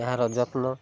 ଏହା ରଜ ଫୁଲ